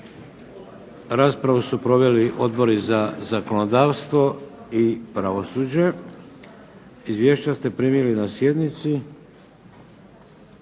Raspravu su proveli Odbor za zakonodavstvo i pravosuđe. Izvješća ste primili na sjednici.